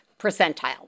percentile